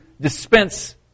dispense